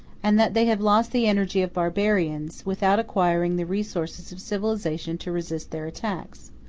and that they have lost the energy of barbarians, without acquiring the resources of civilization to resist their attacks.